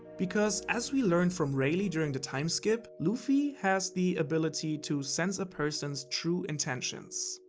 because, as we learned from rayleigh during the time skip, luffy has the ability to sense a person's true intentions.